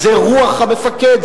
זה רוח המפקד,